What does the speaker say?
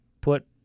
put